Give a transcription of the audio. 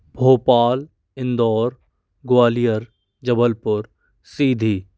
Bhopal Indore Gwalior Jabalpur Sidhi